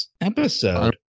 episode